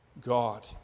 God